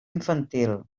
infantil